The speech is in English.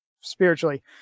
spiritually